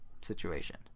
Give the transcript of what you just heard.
situation